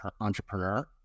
entrepreneur